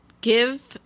give